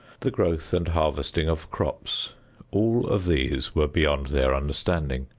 the growth and harvesting of crops all of these were beyond their understanding.